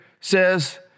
says